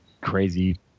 crazy